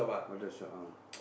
what does your arm